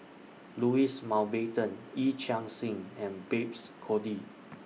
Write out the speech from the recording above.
Louis Mountbatten Yee Chia Hsing and Babes Conde